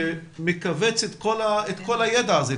מאגר נתונים אחיד שמכווץ את כל הידע הזה,